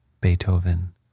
Beethoven